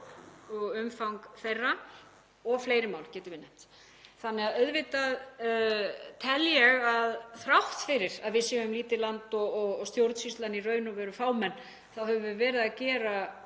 og umfang þeirra. Og fleiri mál getum við nefnt. Auðvitað tel ég að þrátt fyrir að við séum lítið land og stjórnsýslan í raun og veru fámenn þá höfum við verið að gera